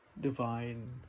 divine